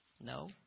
No